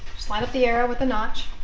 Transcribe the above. line up the arrow with the knotch